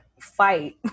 fight